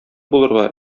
булырга